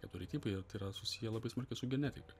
keturi tipai ir tai yra susiję labai smarkiai su genetika